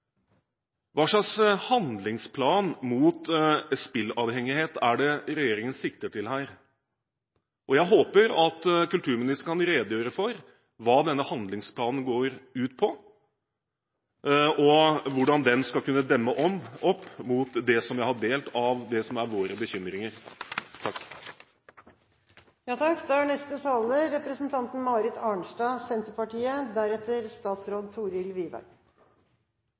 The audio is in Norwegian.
handlingsplan mot spilleavhengighet er det regjeringen sikter til her? Jeg håper at kulturministeren kan redegjøre for hva denne handlingsplanen går ut på, og hvordan den skal kunne demme opp for det som jeg har delt, som er våre bekymringer.